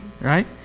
Right